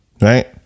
right